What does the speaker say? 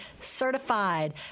certified